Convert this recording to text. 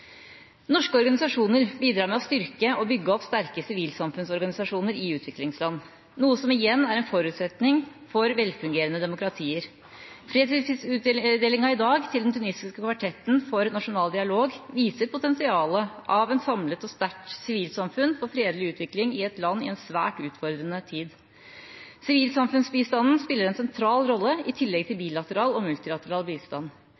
Norske organisasjoner bidrar med å styrke og bygge opp sterke sivilsamfunnsorganisasjoner i utviklingsland, noe som igjen er en forutsetning for velfungerende demokratier. Fredsprisutdelingen i dag til den tunisiske Kvartetten for nasjonal dialog viser potensialet i et samlet og sterkt sivilsamfunn for fredelig utvikling i et land i en svært utfordrende tid. Sivilsamfunnsbistanden spiller en sentral rolle i tillegg til bilateral og multilateral bistand.